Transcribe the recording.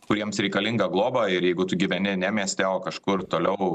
kuriems reikalinga globa ir jeigu tu gyveni ne mieste o kažkur toliau